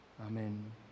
amen